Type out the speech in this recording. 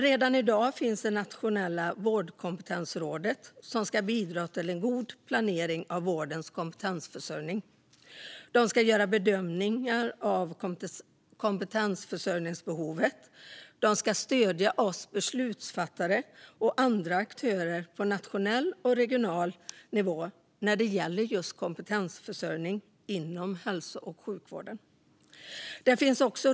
Redan i dag finns Nationella vårdkompetensrådet som ska bidra till en god planering av vårdens kompetensförsörjning. De ska göra bedömningar av kompetensförsörjningsbehovet och stödja oss beslutsfattare och andra aktörer på nationell och regional nivå när det gäller kompetensförsörjning inom hälso och sjukvården.